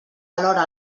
alhora